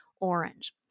Orange